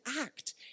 act